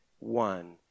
One